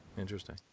interesting